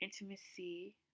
intimacy